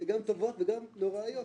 הן גם טובות וגם נוראיות.